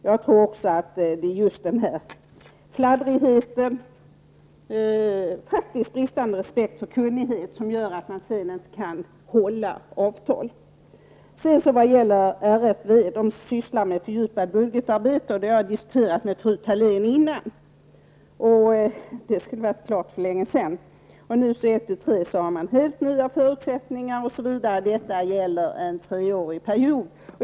Jag tror också att det är just den här fladdrigheten -- och faktiskt bristande respekt för kunnighet -- som gör att man sedan inte kan hålla avtal. RFV sysslar med fördjupat budgetarbete. Detta har jag tidigare diskuterat med fru Thalén. Det arbetet skulle ha varit klart för länge sedan. Nu har man ett tu tre helt nya förutsättningar. Det gäller en treårsperiod.